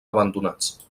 abandonats